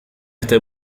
está